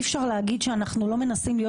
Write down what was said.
אי אפשר להגיד שאנחנו לא מנסים להיות